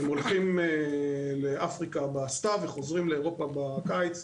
הם הולכים לאפריקה בסתיו וחוזרים לאירופה בקיץ,